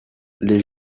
les